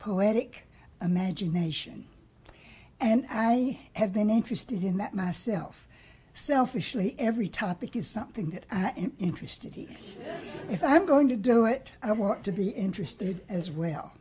poetic imagination and i have been interested in that myself selfishly every topic is something that i am interested in if i'm going to do it i want to be interested as well